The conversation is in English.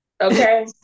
Okay